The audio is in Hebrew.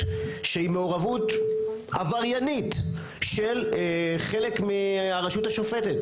שהיא מעורבות עבריינית של חלק מהרשות השופטת.